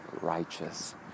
righteous